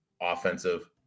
offensive